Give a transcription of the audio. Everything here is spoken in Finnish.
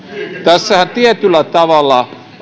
tässähän tietyllä tavalla